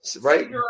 Right